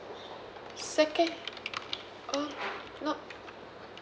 second oh not